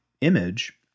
image